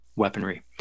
weaponry